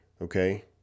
okay